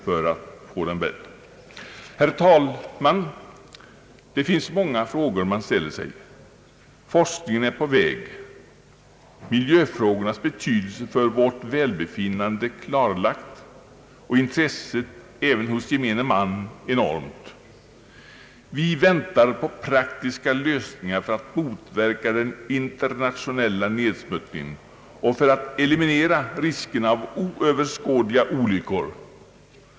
Herr talman! Det finns många frågor man ställer sig. Forskningen är på väg, miljöfrågornas betydelse för vårt välbefinnande är klarlagd, och intresset även hos gemene man är enormt. Vi väntar på praktiska lösningar för att motverka den «internationella nedsmutsningen och för att eliminera riskerna av oöverskådliga olyckor.